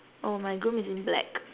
oh my groom is in black